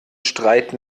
streit